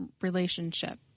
relationship